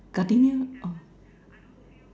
gardenia